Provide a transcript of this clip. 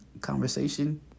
conversation